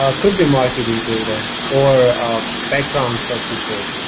ah could be marketing data or background check reports.